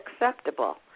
acceptable